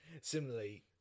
similarly